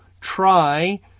try